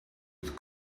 with